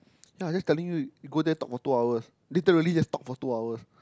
ya just telling you you go there talk for two hours literally just talk for two hours